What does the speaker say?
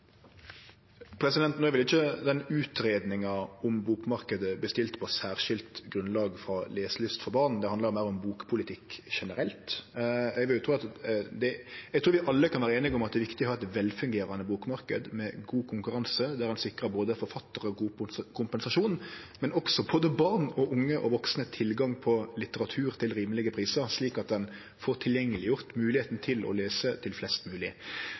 om bokmarknaden bestilt på særskilt grunnlag i samband med leselyst for barn. Ho handlar meir om bokpolitikk generelt. Eg trur vi alle kan vere einige om at det er viktig å ha ein velfungerande bokmarknad med god konkurranse, der ein sikrar både forfattarar god kompensasjon og barn, unge og vaksne tilgang på litteratur til rimelege prisar, slik at ein får gjort moglegheita til å lese tilgjengeleg for flest